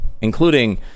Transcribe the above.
including